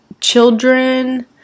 children